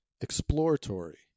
exploratory